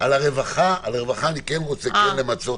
על הרווחה אני כן רוצה למצות,